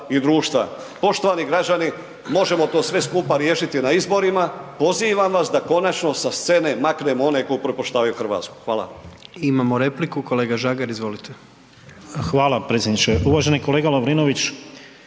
i društva. Poštovani građani, možemo to sve skupa riješiti na izborima, pozivam vas da konačno sa scene maknemo one koji upropaštavaju Hrvatsku. Hvala. **Jandroković, Gordan (HDZ)** Imamo repliku. Kolega Žagar, izvolite. **Žagar, Tomislav (HSU)** Hvala predsjedniče. Uvaženi kolega Lovrinović,